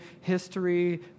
history